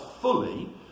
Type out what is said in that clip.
fully